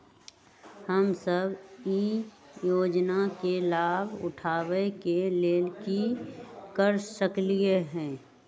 हम सब ई योजना के लाभ उठावे के लेल की कर सकलि ह?